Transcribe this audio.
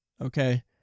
okay